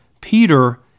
Peter